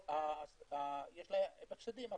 יש להם הפסדים,